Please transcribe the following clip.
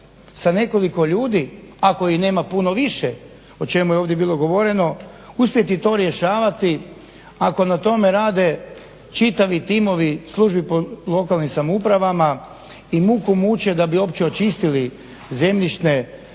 sa nekoliko ljudi a kojih nema puno više o čemu je ovdje bilo govoreno uspjeti to rješavati ako na tome rade čitavi timovi službi po lokalnim samoupravama i muku muče da bi uopće očistili zemljišne